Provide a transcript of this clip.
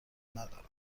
ندارند